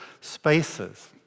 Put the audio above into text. spaces